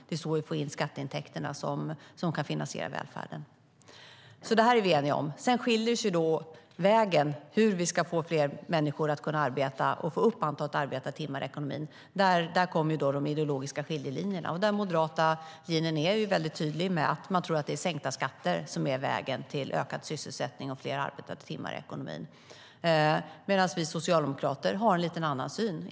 Det är så vi får in skatteintäkterna som kan finansiera välfärden. Detta är vi eniga om. Sedan skiljer sig vägen för hur vi ska få fler människor att arbeta och öka antalet arbetade timmar i ekonomin. Där kommer de ideologiska skiljelinjerna in. Den moderata linjen är tydlig med att tro att det är sänkta skatter som är vägen till ökad sysselsättning och fler arbetade timmar i ekonomin, medan vi socialdemokrater har en annan syn.